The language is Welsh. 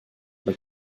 mae